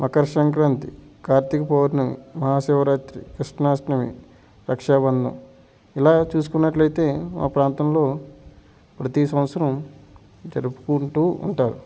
మకర సంక్రాంతి కార్తిక పౌర్ణమి మహాశివరాత్రి కృష్ణాష్టమి రక్షాబంధం ఇలా చూసుకున్నట్లయితే మా ప్రాంతంలో ప్రతీ సంవత్సరం జరుపుకుంటూ ఉంటారు